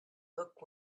look